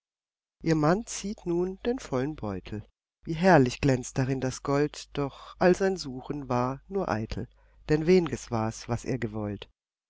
ihr mann zieht nun den vollen beutel wie herrlich glänzt darin das gold doch all sein suchen war nur eitel denn wen'ges war's was er gewollt